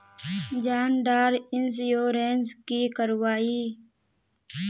जान डार इंश्योरेंस की करवा ई?